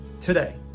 today